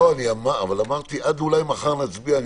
אמרתי שאולי עד מחר נצביע.